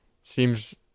seems